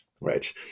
right